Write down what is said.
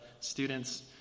students